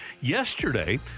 Yesterday